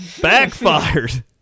backfired